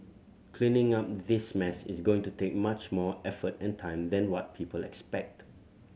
cleaning up this mess is going to take much more effort and time than what people expect